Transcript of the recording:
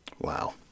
Wow